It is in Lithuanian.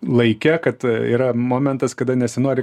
laike kad yra momentas kada nesinori